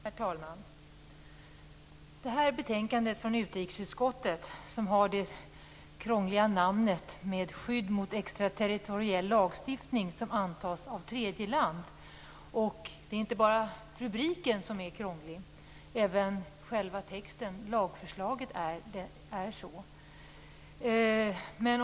Herr talman! Det här betänkandet från utrikesutskottet har det krångliga namnet Skydd mot extraterritoriell lagstiftning som antas av ett tredje land. Och det är inte bara rubriken som är krånglig. Även själva texten, lagförslaget, är det.